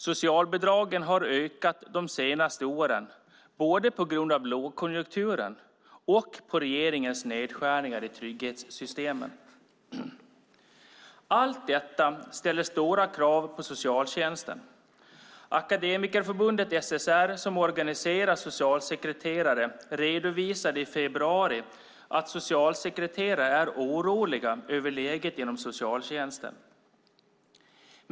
Socialbidragen har ökat de senaste åren på grund av både lågkonjunkturen och regeringens nedskärningar i trygghetssystemen. Allt detta ställer stora krav på socialtjänsten. Akademikerförbundet SSR, som organiserar socialsekreterare, redovisade i februari att socialsekreterare är oroliga över läget inom socialtjänsten.